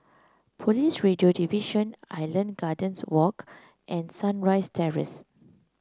Police Radio Division Island Gardens Walk and Sunrise Terrace